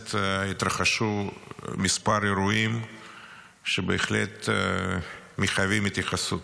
הכנסת התרחשו כמה אירועים שבהחלט מחייבים התייחסות.